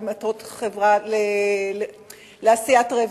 עשיית רווח,